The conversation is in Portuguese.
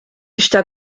está